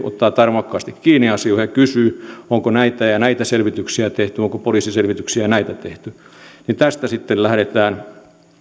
ottaa tarmokkaasti kiinni asioista ja kysyy onko näitä ja ja näitä selvityksiä tehty onko poliisiselvityksiä ja näitä tehty niin tästä sitten lähdetään